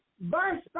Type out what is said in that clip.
verse